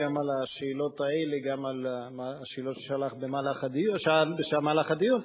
גם על השאלות האלה וגם על השאלות ששאל במהלך הדיון.